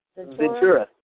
Ventura